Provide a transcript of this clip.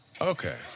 Okay